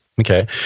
Okay